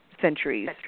centuries